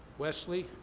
wesley,